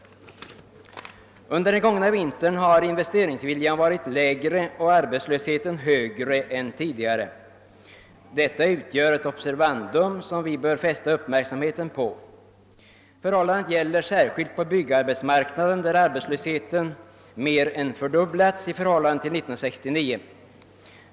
Under den gångna vintern har investeringsviljan varit lägre och arbetslösheten högre än tidigare. Detta utgör ett observandum, något som vi bör fästa uppmärksamheten på. Förhållandet gäller särskilt på byggarbetsmarknaden, där arbetslösheten mer än fördubblats i förhållande till 1969.